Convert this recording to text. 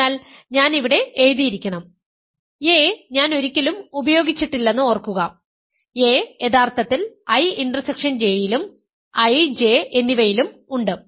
അതിനാൽ ഞാൻ ഇവിടെ എഴുതിയിരിക്കണം a ഞാൻ ഒരിക്കലും ഉപയോഗിച്ചിട്ടില്ലെന്ന് ഓർക്കുക a യഥാർത്ഥത്തിൽ I ഇന്റർസെക്ഷൻ J യിലും I J എന്നിവയിലും ഉണ്ട്